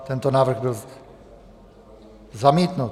Tento návrh byl zamítnut.